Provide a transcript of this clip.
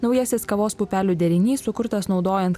naujasis kavos pupelių derinys sukurtas naudojant